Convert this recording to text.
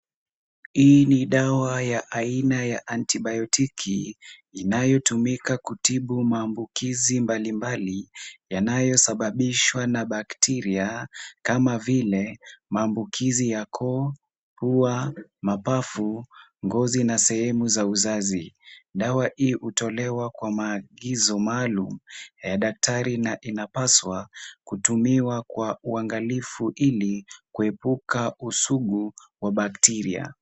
Hii ni dawa ya aina ya antibiotiki inayotumika kutibu maambukizi mbali mbali yanayo sababishwa na bacteria kama vile maambukizi ya koo, pua, mapafu, ngozi na sehemu za uzazi. Dawa hii hutolewa kwa maagizo maalum ya daktari na inapaswa kutumiwa kwa uangalifu ili kuepuka usugu wa bacteria .